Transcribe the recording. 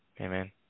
Amen